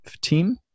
team